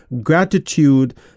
gratitude